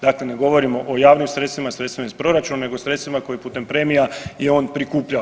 Dakle, ne govorimo o javnim sredstvima, sredstvima iz proračuna, nego sredstvima koji putem premija je on prikupljao.